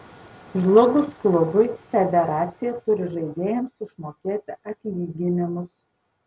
žlugus klubui federacija turi žaidėjams išmokėti atlyginimus